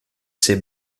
ses